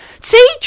see